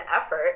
effort